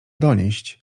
donieść